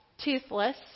toothless